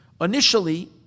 initially